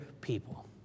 people